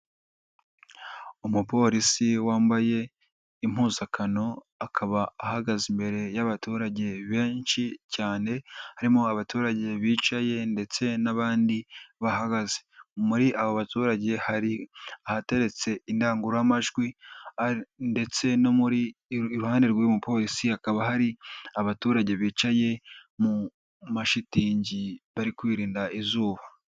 Umupolisi wambaye impuzankano akaba ahagaze imbere y'abaturage benshi cyane, harimo abaturage bicaye ndetse n'abandi bahagaze. Muri abo baturage hari ahateretse indangururamajwi ndetse iruhande rw'uyu mupolisi hakaba hari abaturage bicaye mu mashitingi bari kwirinda izuba.